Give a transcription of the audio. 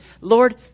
Lord